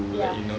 ya